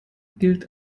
gilt